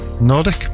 Nordic